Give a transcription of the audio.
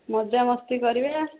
ମଜାମସ୍ତି କରିବା